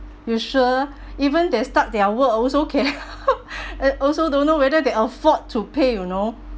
you sure even they start their work also care I also don't know whether they afford to pay you know